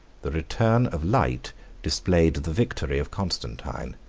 the return of light displayed the victory of constantine,